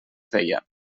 feia